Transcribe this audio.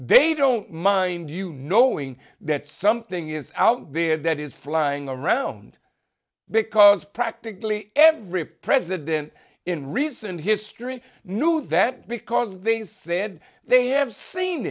they don't mind you knowing that something is out there that is flying around because practically every president in recent history knew that because they said they have seen